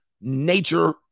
nature